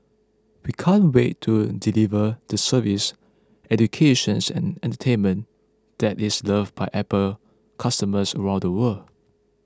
we can't wait to deliver the service educations and entertainment that is loved by Apple customers around the world